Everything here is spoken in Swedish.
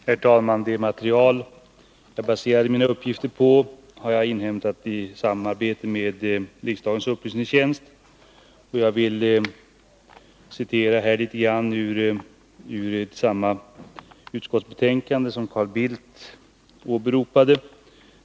Herr talman! Det material som jag baserade mina uppgifter på har jag inhämtat i samarbete med riksdagens upplysningstjänst. Jag vill citera litet ur samma utskottsbetänkande som Carl Bildt åberopade.